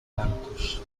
blancos